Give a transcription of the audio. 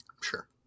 Sure